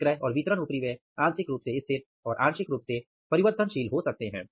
विक्रय और वितरण उपरिव्यय आंशिक रूप से स्थिर और आंशिक रूप से परिवर्तनशील हो सकता है